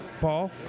Paul